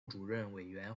主任委员